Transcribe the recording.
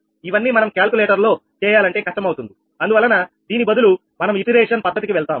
ఇవన్నీ మనం క్యాలిక్యులేటర్ లో చేయాలంటే కష్టమవుతుంది అందువలన దీని బదులు మనం ఇటిరేటు పద్ధతి కి వెళ్తాము